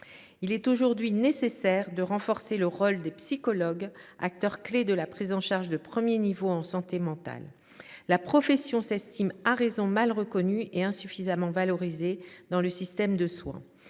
Il est aujourd’hui nécessaire de renforcer le rôle des psychologues, acteurs clés de la prise en charge de premier niveau en santé mentale. La profession s’estime, à raison, mal reconnue et insuffisamment valorisée dans le système de soins.